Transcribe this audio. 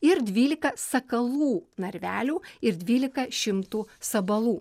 ir dvylika sakalų narvelių ir dvylika šimtų sabalų